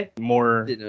More